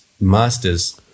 masters